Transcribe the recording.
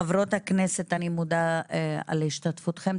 חברות הכנסת, אני מודה לכן על ההשתתפות שלכם.